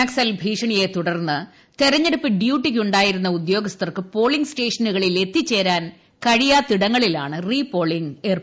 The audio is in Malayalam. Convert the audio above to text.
നക്സൽ ഭീഷണിയെ തുടർന്ന് തെർഞ്ഞെടുപ്പ് ഡ്യൂട്ടിക്കുണ്ടായിരുന്ന ഉദ്യോഗസ്ഥർക്ക് പോളിംഗ് സ്റ്റേഷനുകളിൽ എത്തിച്ചേരാൻ കഴിയാത്തിടങ്ങളിലാണ് റീപോളിംഗ് ഏർപ്പെടുത്തിയത്